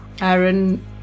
Aaron